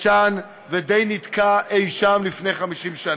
ישן ודי נתקע אי-שם לפני 50 שנה.